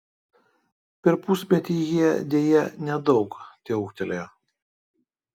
per pusmetį jie deja nedaug teūgtelėjo